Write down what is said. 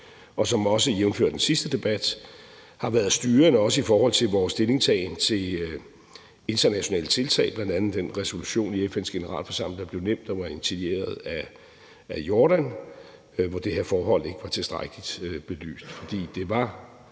og som også jævnfør den sidste debat har været styrende i forhold til vores stillingtagen til internationale tiltag, bl.a. den resolution i FN's Generalforsamling, der blev nævnt, der var initieret af Jordan, hvor det her forhold ikke var tilstrækkeligt belyst. For det var